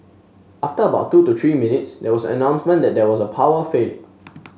after about two to three minutes there was an announcement that there was a power failure